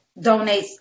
donates